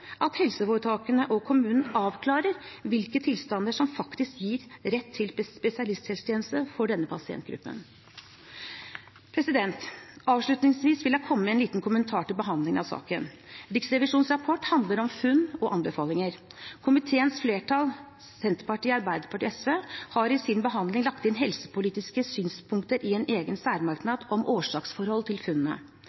at helseforetakene og kommunene avklarer hvilke tilstander som faktisk gir rett til spesialisthelsetjeneste for denne pasientgruppen. Avslutningsvis vil jeg komme med en liten kommentar til behandlingen av saken. Riksrevisjonens rapport handler om funn og anbefalinger. Komiteens flertall, Arbeiderpartiet, Senterpartiet og SV, har i sin behandling lagt inn helsepolitiske synspunkter i en egen